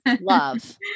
Love